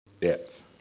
depth